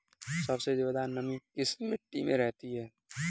सबसे ज्यादा नमी किस मिट्टी में रहती है?